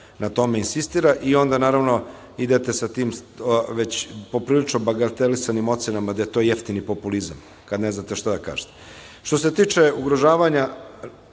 na tome insistira i onda, naravno, idete sa tim već poprilično bagatelisanim ocenama da je to jeftini populizam kad ne znate šta da kažete. Što se tiče ugrožavanja